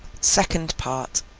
second part